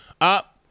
Up